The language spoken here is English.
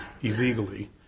illegally